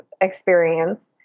experience